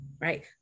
Right